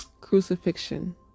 crucifixion